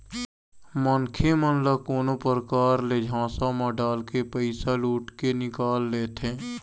मनखे मन ल कोनो परकार ले झांसा म डालके पइसा लुट के निकाल लेथें